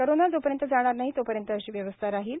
corona जोपर्यंत जाणार नाही तोपर्यंत अशी व्यवस्था राहणार आहे